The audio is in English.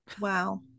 wow